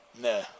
No